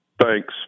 Thanks